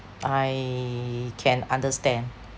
I can understand